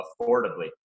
affordably